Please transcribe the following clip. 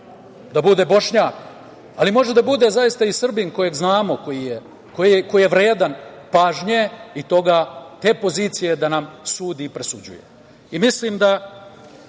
da bude Bošnjak, ali može da bude, zaista, i Srbin kojeg znamo, koji je vredan pažnje i toga, te pozicije da nam sudi i presuđuje.